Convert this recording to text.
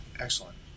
Excellent